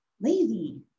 Lazy